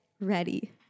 ready